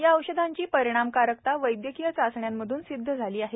या औषधांची परिणामकारकता वैद्यकीय चाचण्यांमधून सिद्ध झाली आहे